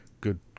good